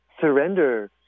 surrender